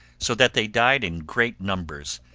so that they died in great numbers.